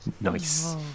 Nice